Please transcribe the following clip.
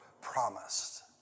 promised